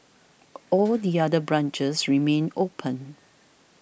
all the other branches remain open